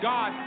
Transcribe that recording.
God